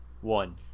one